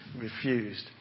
refused